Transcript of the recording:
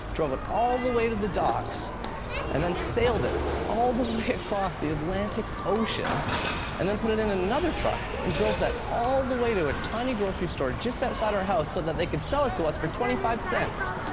drove it all the way to the docks and then sailed it all the way across the atlantic ocean and then put it in another truck and drove that all the way to a tiny grocery store just outside our house, so they could sell it to us for twenty five cents?